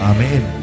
Amen